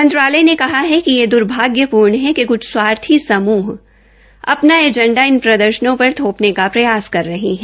मंत्रालय ने कहा कि यह दुर्भाग्यपूर्ण है कि कुछ स्वार्थी समूह अपना एजेंडा इन प्रदर्शकनों पर थप्रने का प्रयास कर रहे है